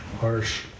Harsh